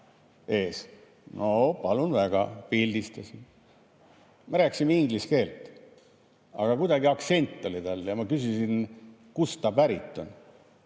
ees. Palun väga! Pildistasin. Me rääkisime inglise keeles. Aga kuidagi aktsent oli tal ja ma küsisin, kust ta pärit on.